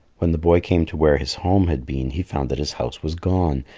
when the boy came to where his home had been, he found that his house was gone,